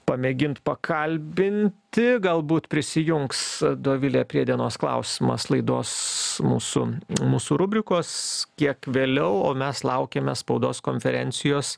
pamėgint pakalbinti galbūt prisijungs dovilė prie dienos klausimas laidos mūsų mūsų rubrikos kiek vėliau o mes laukiame spaudos konferencijos